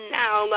now